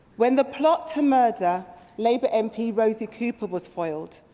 when the plot to murder labour mp rosie cooper was foiled,